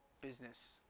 business